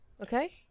Okay